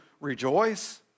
rejoice